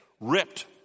ripped